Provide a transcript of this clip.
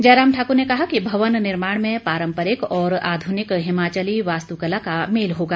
जयराम ठाकुर ने कहा कि भवन निर्माण में पारम्परिक और आधुनिक हिमाचली वास्तुकला का मेल होगा